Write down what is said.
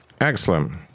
excellent